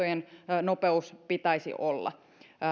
mikä se autojen nopeus pitäisi olla